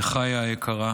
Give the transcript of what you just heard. וחיה היקרה,